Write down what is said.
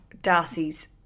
Darcy's